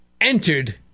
entered